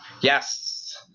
Yes